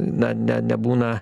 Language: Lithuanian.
na ne nebūna